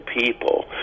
people